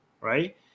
right